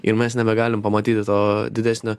ir mes nebegalim pamatyti to didesnio